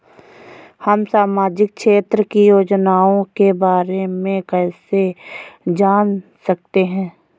हम सामाजिक क्षेत्र की योजनाओं के बारे में कैसे जान सकते हैं?